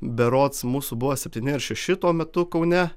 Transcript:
berods mūsų buvo septyni ar šeši tuo metu kaune